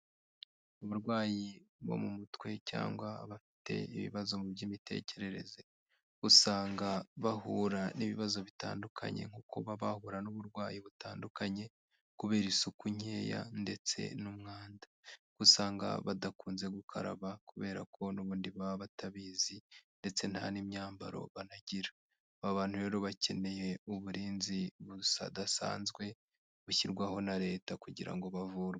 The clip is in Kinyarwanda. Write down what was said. Abarwayi bo mu mutwe cyangwa abafite ibibazo mu by'imitekerereze usanga bahura n'ibibazo bitandukanye nko kuba bahura n'uburwayi butandukanye kubera isuku nkeya ndetse n'umwanda, usanga badakunze gukaraba kubera ko n'ubundi baba batabizi ndetse n'imyambaro banagira, aba bantu rero bakeneye uburinzi budasanzwe bushyirwaho na leta kugira ngo bavurwe.